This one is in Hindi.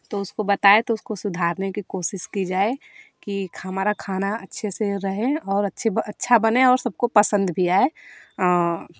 तो उसको बताएँ तो उसको सुधारने की कोशिश की जाए कि हमारा खाना अच्छे से रहे और अच्छे अच्छा बने और सबको पसंद भी आए